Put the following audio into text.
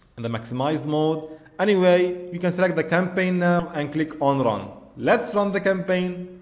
and the maximized mode anyway you can select the campaign now and click on run let's run the campaign!